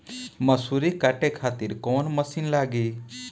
मसूरी काटे खातिर कोवन मसिन लागी?